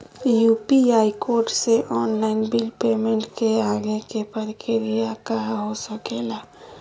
UPI code से online bill payment के आगे के प्रक्रिया का हो सके ला?